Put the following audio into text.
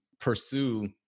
pursue